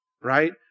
right